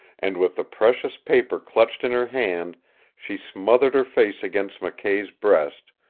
and with the precious paper clutched in her hand she smothered her face against mckay's breast,